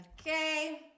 Okay